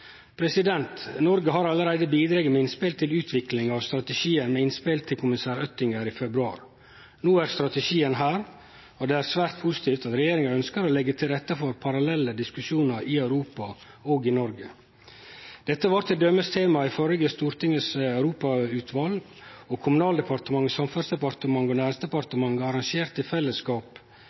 Noreg har allereie bidrege med innspel til utviklinga av strategien med innspel til kommissær Oettinger i februar. No er strategien her, og det er svært positivt at regjeringa ønskjer å leggje til rette for parallelle diskusjonar i Europa og i Noreg. Dette var t.d. tema i førre møte i Stortingets europautval, og Kommunal- og moderniseringsdepartementet, Samferdselsdepartementet og Nærings- og fiskeridepartementet arrangerte i fellesskap